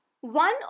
one